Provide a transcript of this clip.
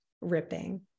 ripping